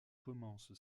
commence